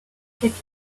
pits